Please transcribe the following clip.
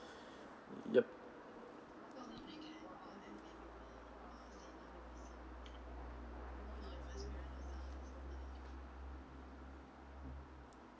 yup